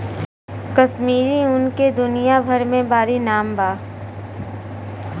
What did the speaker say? कश्मीरी ऊन के दुनिया भर मे बाड़ी नाम बा